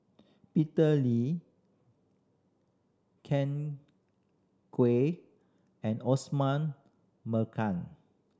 Peter Lee Ken Kwek and Osman